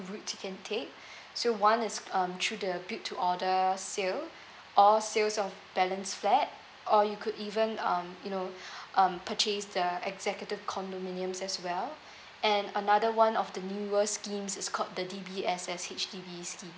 routes you can take so one is um through the build to order sale or sales of balance flat or you could even um you know um purchase the executive condominiums as well and another one of the newer schemes is called the D_B_S_S H_D_B scheme